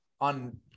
on